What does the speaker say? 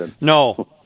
No